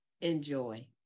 enjoy